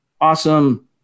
awesome